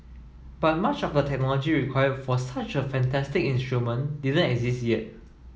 but much of the technology required for such a fantastic instrument didn't exist yet